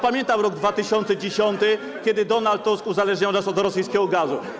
Pamiętam rok 2010, kiedy Donald Tusk uzależniał nas od rosyjskiego gazu.